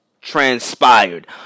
transpired